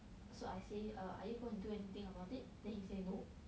so I say err are you going to do anything about it then he say no